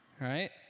right